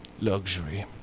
luxury